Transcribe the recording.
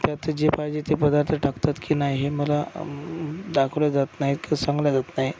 त्यात जे पाहिजे ते पदार्थ टाकतात की नाही हे मला दाखवलं जात नाही तर सांगितलं जात नाही